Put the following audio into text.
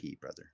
brother